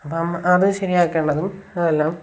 അപ്പം നമ്മൾ അത് ശരിയാക്കേണ്ടതും അതെല്ലാം